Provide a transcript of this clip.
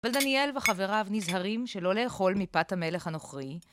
אבל דניאל וחבריו נזהרים שלא לאכול מפאת המלך הנוכרי.